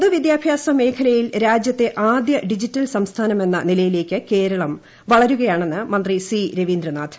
പൊതുവിദ്യാഭ്യാസ മേഖലയിൽ രാജ്യത്തെ ആദ്യ ഡിജിറ്റൽ സംസ്ഥാനമെന്ന നിലയിലേക്ക് കേരളം വളരുകയാണെന്ന് മന്ത്രി സി രവീന്ദ്രനാഥ്